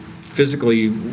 physically